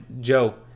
Joe